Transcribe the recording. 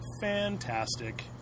fantastic